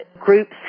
groups